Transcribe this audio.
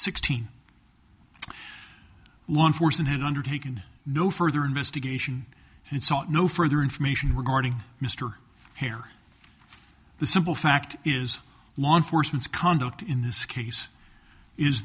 sixteenth law enforcement had undertaken no further investigation and sought no further information regarding mr harris the simple fact is law enforcement's conduct in this case is